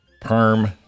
perm